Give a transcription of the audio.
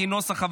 כנוסח הוועדה,